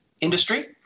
industry